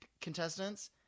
contestants